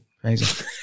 crazy